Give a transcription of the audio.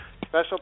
special